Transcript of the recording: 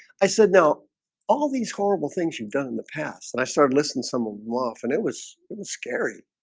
i said now all these horrible things you've done in the past and i started listening someone off and it was it was scary